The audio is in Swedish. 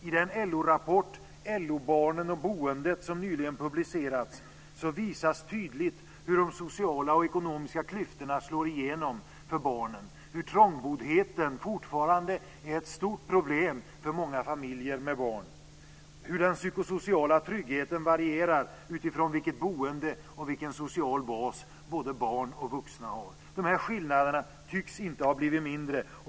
I den LO-rapport, LO-barnen och boendet, som nyligen publicerades visas tydligt hur de sociala och ekonomiska klyftorna slår igenom för barnen. Trångboddheten är fortfarande ett stort problem för många familjer med barn. Den psykosociala tryggheten varierar utifrån vilket boende och vilken social bas både barn och vuxna har. De här skillnaderna tycks inte ha blivit mindre.